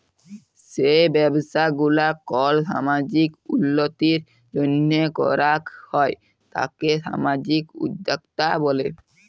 যেই ব্যবসা গুলা কল সামাজিক উল্যতির জন্হে করাক হ্যয় তাকে সামাজিক উদ্যক্তা ব্যলে